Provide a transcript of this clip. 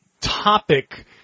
topic